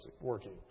working